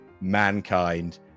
Mankind